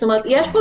כלומר יש פה